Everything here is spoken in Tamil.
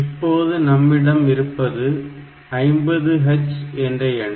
இப்பொழுது நம்மிடம் இருப்பது 50h என்ற எண்